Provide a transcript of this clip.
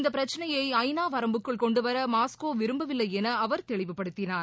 இந்தப் பிரச்சினையை ஐ நா வரம்புக்குள் கொண்டுவர மாஸ்கோ விரும்பவில்லை என அவர் தெளிவுப்படுத்தினார்